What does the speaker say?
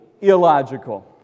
illogical